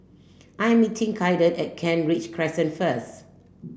I'm meeting Kaiden at Kent Ridge Crescent first